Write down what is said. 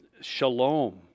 shalom